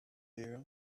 there